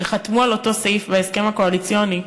שחתמו על אותו סעיף בהסכם הקואליציוני,